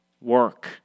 work